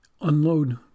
unload